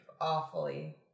awfully